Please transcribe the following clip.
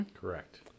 Correct